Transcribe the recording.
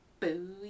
Boo